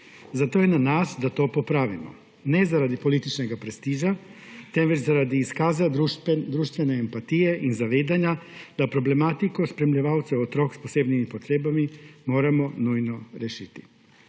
zato je na nas, da to popravimo, ne zaradi političnega prestiža, temveč zaradi izkaza družbene empatije in zavedanja, da moramo problematiko spremljevalcev otrok s posebnimi potrebami nujno rešiti.